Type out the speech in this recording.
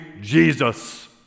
Jesus